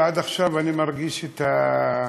ועד עכשיו אני מרגיש את הרעננות,